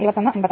7 ampere